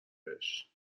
بهش